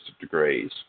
degrees